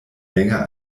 länger